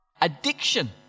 Addiction